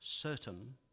certain